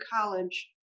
college